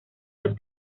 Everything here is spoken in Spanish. los